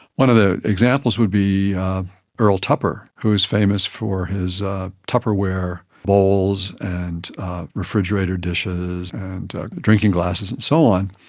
one of the examples would be earl tupper who was famous for his tupperware bowls and refrigerator dishes and drinking glasses and so on,